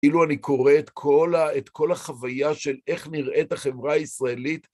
כאילו אני קורא את כל החוויה של איך נראית החברה הישראלית.